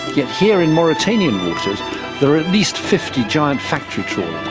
yet here in mauritanian waters there are at least fifty giant factory trawlers.